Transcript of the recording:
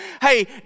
hey